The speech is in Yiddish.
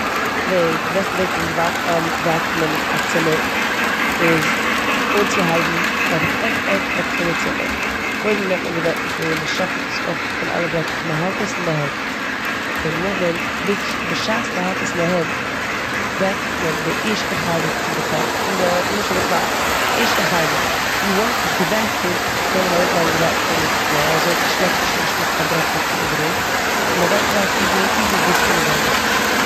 די בעסטע וועג פון ווא- וועקיומען א צימער איז אנציהייבן ביי דע עק עק עק פון די צימער. קודם נעמט מען די וועקיום קלינער, מ'שאקעלט עס אפ פון אלע ברעקלעך, מ'האלט עס אין די הענט און נאכדעם ביז- בשעת מ'האלט עס אין די הענט וועקיומט מען די ערשטע חלק פון די קא- פון די נמשל די קאך, די ערשטע חלק און וואנס ס'איז געוועקיומט קען מען אראפלייגן די וועקיום אויף די פלאר אזוי שלעפט עס שוין נישט מיט קיין ברעקלעך איבעראל און מ'גייט אריין טיפער און טיפער ביז אינעווענדיג.